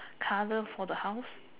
colour for the house